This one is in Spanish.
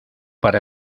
para